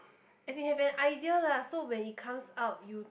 as in have an idea lah so when it comes out you